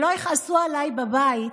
שלא יכעסו עליי בבית,